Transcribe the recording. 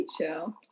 show